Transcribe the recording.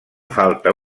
falta